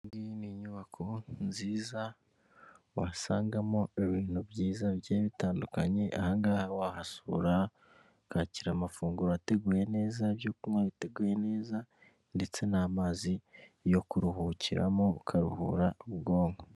Iyi ngiyi ni inyubako nziza wasangamo ibintu byiza bigiye bitandukanye. Aha ngaha wahasura ukakira amafunguro ateguye neza, ibyo kunywa biteguye neza, ndetse n'amazi yo kuruhukiramo ukaruhura ubwonko.